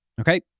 okay